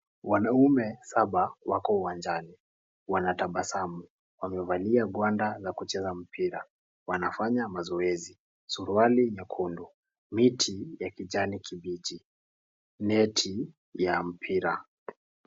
Wanaume saba wako uwanjani. Wanatabasamu, wamevalia gwanda za kuchezea mpira. Wanafanya mazoezi, suruali nyekundu, miti ya kijani kibichi, neti ya mpira.